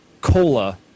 cola